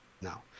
now